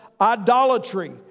idolatry